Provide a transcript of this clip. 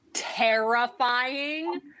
terrifying